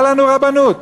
מה לנו רבנות?